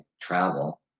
travel